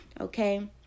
okay